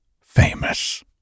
famous